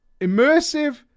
immersive